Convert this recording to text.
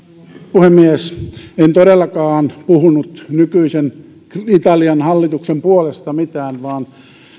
puhemies en todellakaan puhunut nykyisen italian hallituksen puolesta mitään vaan